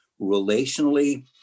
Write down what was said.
relationally